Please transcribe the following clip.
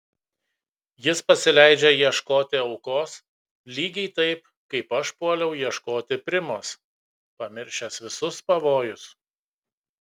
jis pasileidžia ieškoti aukos lygiai taip kaip aš puoliau ieškoti primos pamiršęs visus pavojus